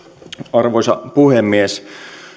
arvoisa puhemies